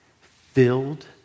filled